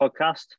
podcast